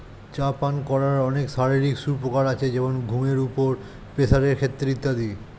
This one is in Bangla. চা পান করার অনেক শারীরিক সুপ্রকার আছে যেমন ঘুমের উপর, প্রেসারের ক্ষেত্রে ইত্যাদি